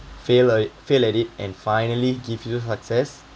fail like fail at it and finally give you success